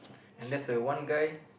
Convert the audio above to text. and there's a one guy